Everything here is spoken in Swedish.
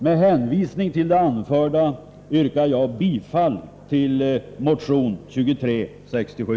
Med hänvisning till det anförda yrkar jag bifall till motion 2367.